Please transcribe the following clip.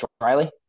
Riley